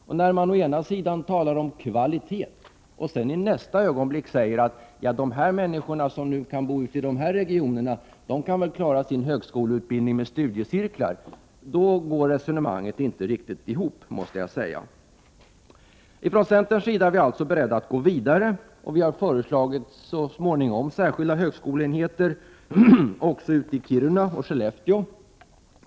När moderaterna å ena sidan talar om kvalitet och å andra sidan — i nästa ögonblick — säger att de människor som bor i de aktuella regionerna kan klara sin högskoleutbildning med hjälp av studiecirklar, då tycker jag att resonemanget inte riktigt går ihop. Centern är alltså beredd att gå vidare och har föreslagit särskilda högskoleenheter också i Kiruna och Skellefteå.